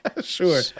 sure